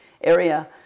area